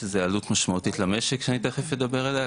לזה עלות משמעותית למשק שאני תיכף אדבר עליה,